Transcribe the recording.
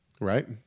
right